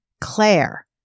Claire